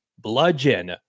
bludgeon